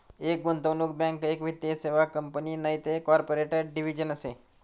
एक गुंतवणूक बँक एक वित्तीय सेवा कंपनी नैते कॉर्पोरेट डिव्हिजन शे